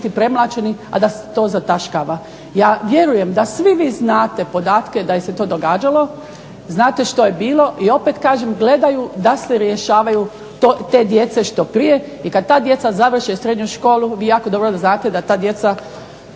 da će biti premlaćeni, a da se to zataškava. Ja vjerujem da svi vi znate podatke da se je to događalo, znate što je bilo i opet kažem gledaju da se rješavaju te djece što prije. I kad ta djeca završe srednju školu vi jako dobro znate da ta djeca